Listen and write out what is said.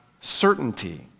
certainty